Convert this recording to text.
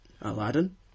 Aladdin